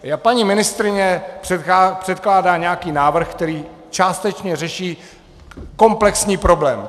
Paní ministryni předkládá nějaký návrh, který částečně řeší komplexní problém.